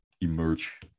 emerge